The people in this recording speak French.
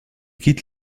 quitte